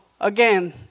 again